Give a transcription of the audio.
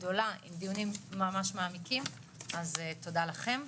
גדולה עם דיונים ממש מעמיקים אז תודה לכם.